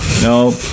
no